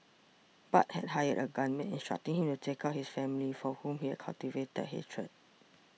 bart had hired a gunman instructing him to take out his family for whom he had cultivated hatred